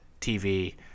TV